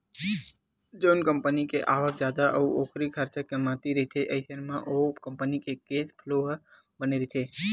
जउन कंपनी के आवक जादा अउ ओखर खरचा कमती रहिथे अइसन म ओ कंपनी के केस फ्लो ह बने रहिथे